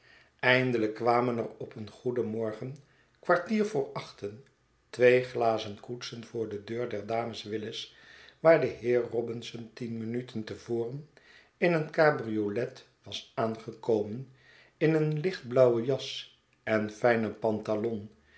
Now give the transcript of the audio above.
eindelijk kwamen er op een goeden morgen kwartier voor achten twee glazen koetsen voor de deur der dames willis waar de heer robinson tien minuten te voren in een cabriolet was aangekomen in een licht blauwen jas en fijnen pantalon